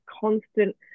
constant